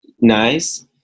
nice